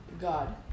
God